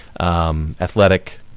athletic